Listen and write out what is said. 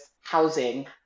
housing